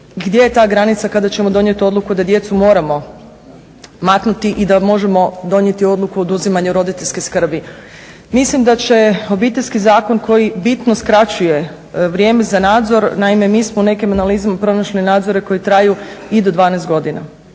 Gdje je ta granica kada ćemo donijeti odluku da djecu moramo maknuti i da možemo donijeti odluku o oduzimanju roditeljske skrbi? Mislim da će Obiteljski zakon koji bitno skraćuje vrijeme za nadzor, naime mi smo u nekim analizama pronašli nadzore koji traju i do 12 godina.